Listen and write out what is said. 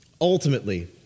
ultimately